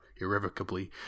Irrevocably